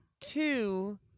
Two